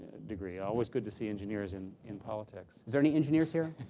degree, always good to see engineers in in politics. are there any engineers here?